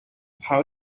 how